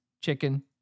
chicken